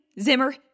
Zimmer